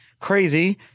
crazy